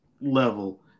level